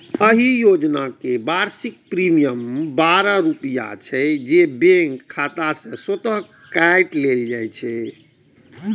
एहि योजनाक वार्षिक प्रीमियम बारह रुपैया छै, जे बैंक खाता सं स्वतः काटि लेल जाइ छै